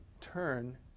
turn